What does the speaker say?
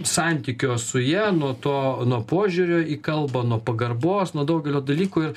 santykio su ja nuo to nuo požiūrio į kalbą nuo pagarbos nuo daugelio dalykų ir